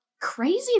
crazy